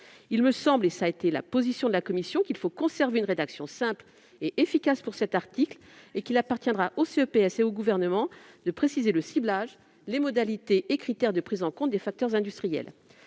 Il me semble- c'est la position de la commission depuis le début -qu'il faut conserver une rédaction simple et efficace pour cet article et qu'il appartiendra au CEPS et au Gouvernement de préciser le ciblage, les modalités et critères de prise en compte des facteurs industriels.